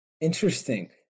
Interesting